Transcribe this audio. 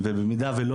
במידה ולא